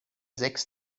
sechs